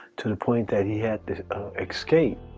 to the point that he had to escape.